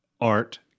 art